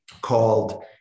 called